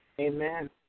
Amen